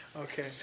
Okay